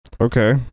Okay